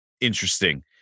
interesting